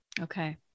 Okay